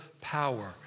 power